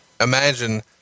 imagine